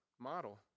model